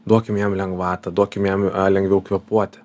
duokim jam lengvatą duokim jam lengviau kvėpuoti